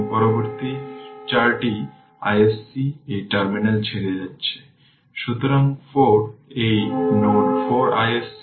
এখন 1 Ω রেজিষ্টর এর পরের পাওয়ারটি হল p t v square R